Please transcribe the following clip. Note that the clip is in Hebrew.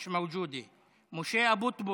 מיש מווג'ודה, משה אבוטבול,